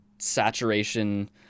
saturation